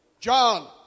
John